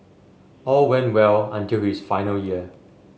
all went well until his final year